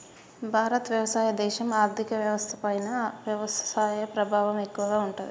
భారత్ వ్యవసాయ దేశం, ఆర్థిక వ్యవస్థ పైన వ్యవసాయ ప్రభావం ఎక్కువగా ఉంటది